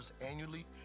annually